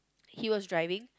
he was driving